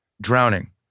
Drowning